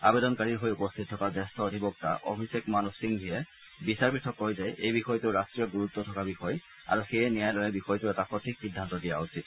আবেদনকাৰীৰ হৈ উপস্থিত থকা জ্যেষ্ঠ অধিবক্তা অভিষেক মানু সিংভিয়ে বিচাৰপীঠক কয় যে এই বিষয়টো ৰট্টীয় গুৰুত্ব থকা বিষয় আৰু সেয়ে ন্যায়ালয়ে বিষয়টোৰ এটা সঠিক সিদ্ধান্ত দিয়া উচিত